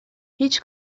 هیچ